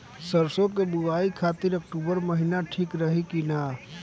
सरसों की बुवाई खाती अक्टूबर महीना ठीक रही की ना?